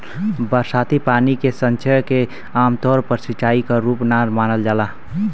बरसाती पानी के संचयन के आमतौर पर सिंचाई क रूप ना मानल जाला